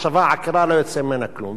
מחשבה עקרה, לא יצא ממנה כלום.